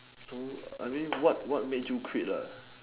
so I mean what what made you quit lah